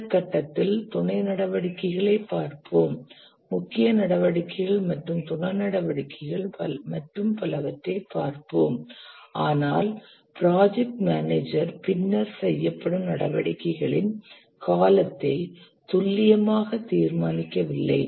இந்த கட்டத்தில் துணை நடவடிக்கைகளை பார்ப்போம் முக்கிய நடவடிக்கைகள் மற்றும் துணை நடவடிக்கைகள் மற்றும் பலவற்றைக் பார்ப்போம் ஆனால் ப்ராஜெக்ட் மேனேஜர் பின்னர் செய்யப்படும் நடவடிக்கைகளின் காலத்தை துல்லியமாக தீர்மானிக்கவில்லை